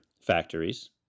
factories